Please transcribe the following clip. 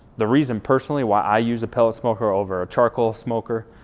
the reason personally, why i use a pellet smoker over a charcoal smoker,